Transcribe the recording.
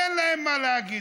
אין להם מה להגיד.